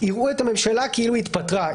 יראו את הממשלה כאילו התפטרה.